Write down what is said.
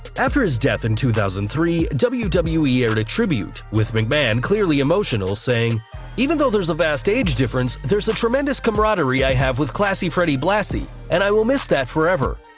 after his death in two thousand and three, wwe wwe yeah aired a tribute, with mcmahon clearly emotional saying even though there's a vast age difference, there's a tremendous camaraderie i have with classy freddie blassie and i will miss that forever.